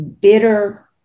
bitter